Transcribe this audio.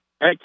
Hey